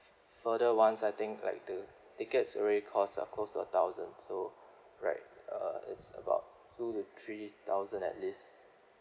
further ones I think like the tickets already cost uh close to a thousand so right uh it's about two to three thousand at least